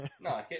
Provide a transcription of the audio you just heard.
No